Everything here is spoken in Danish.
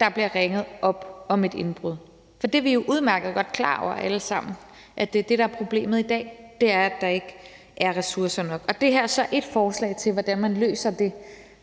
der bliver ringet op om et indbrud. For vi er jo udmærket godt klar over alle sammen, at det er det, der er problemet i dag, altså at der ikke er ressourcer nok. Det her er så ét forslag til, hvordan man løser det